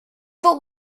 but